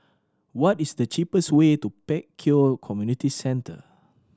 what is the cheapest way to Pek Kio Community Centre